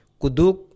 kuduk